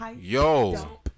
Yo